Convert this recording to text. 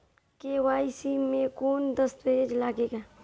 KYC मे कौन दश्तावेज लागेला?